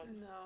no